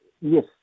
Yes